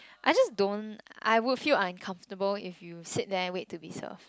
I just don't I would feel uncomfortable if you sit there and wait to be served